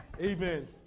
Amen